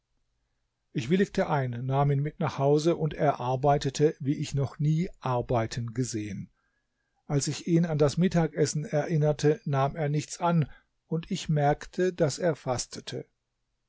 ich willigte ein nahm ihn mit nach hause und er arbeitete wie ich noch nie arbeiten gesehen als ich ihn an das mittagessen erinnerte nahm er nichts an und ich merkte daß er fastete